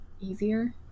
easier